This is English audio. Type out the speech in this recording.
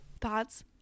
Thoughts